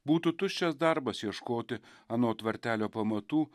būtų tuščias darbas ieškoti ano tvartelio pamatų